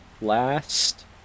last